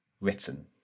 written